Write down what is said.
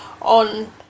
on